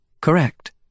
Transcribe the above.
Correct